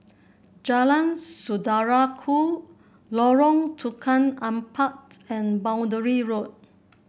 Jalan Saudara Ku Lorong Tukang Empat and Boundary Road